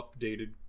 updated